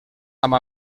amb